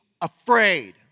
afraid